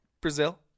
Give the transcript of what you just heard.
Brazil